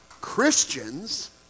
Christians